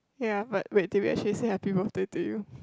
ya but wait did we actually say happy birthday to you